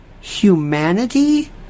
humanity